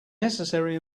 necessary